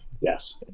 Yes